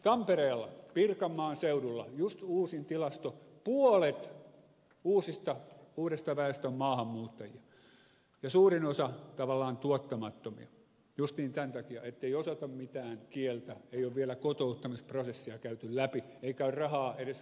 tampereella pirkanmaan seudulla just uusimman tilaston mukaan puolet uudesta väestä on maahanmuuttajia ja suurin osa tavallaan tuottamattomia justiin tämän takia ettei osata mitään kieltä ei ole vielä kotouttamisprosessia käyty läpi eikä ole edes rahaa viedä sitä läpi